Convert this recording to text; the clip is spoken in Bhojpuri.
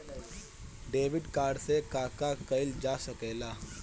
डेबिट कार्ड से का का कइल जा सके ला?